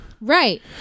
right